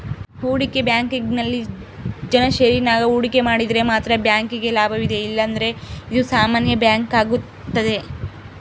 ಹೂಡಿಕೆ ಬ್ಯಾಂಕಿಂಗ್ನಲ್ಲಿ ಜನ ಷೇರಿನಾಗ ಹೂಡಿಕೆ ಮಾಡಿದರೆ ಮಾತ್ರ ಬ್ಯಾಂಕಿಗೆ ಲಾಭವಿದೆ ಇಲ್ಲಂದ್ರ ಇದು ಸಾಮಾನ್ಯ ಬ್ಯಾಂಕಾಗುತ್ತದೆ